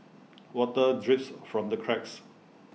water drips from the cracks